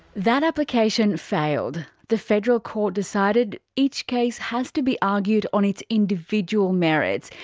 that application failed the federal court decided each case has to be argued on its individual merits,